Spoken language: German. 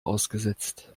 ausgesetzt